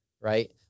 Right